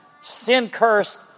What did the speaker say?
sin-cursed